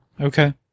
Okay